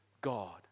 God